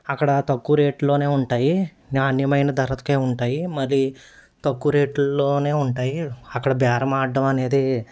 అక్కడ తక్కువ రేట్లోనే ఉంటాయి నాణ్యమైన ధరకే ఉంటాయి మరి తక్కువ రేట్లలోనే ఉంటాయి అక్కడ బేరం ఆడటం అనేది